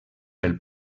pel